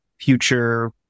future